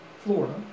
Florida